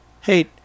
hey